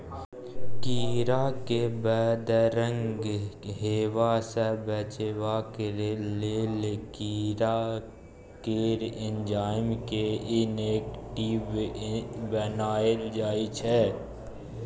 कीरा केँ बदरंग हेबा सँ बचेबाक लेल कीरा केर एंजाइम केँ इनेक्टिब बनाएल जाइ छै